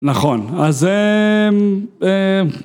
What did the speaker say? נכון, אז...